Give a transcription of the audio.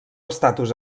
estatus